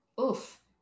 Oof